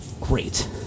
great